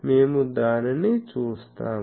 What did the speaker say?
మేము దానిని చూస్తాము